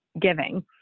giving